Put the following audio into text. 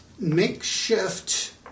makeshift